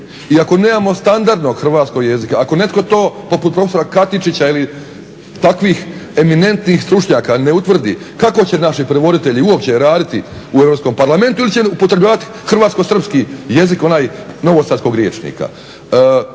I ako nemamo standardnog hrvatskog jezika, ako netko to poput profesora Katičića ili takvih eminentnih stručnjaka ne utvrdi kako će naši prevoditelji uopće raditi u Europskom parlamentu ili će upotrebljavati hrvatsko-srpski jezik, onaj novosadskog rječnika.